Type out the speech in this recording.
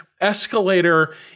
escalator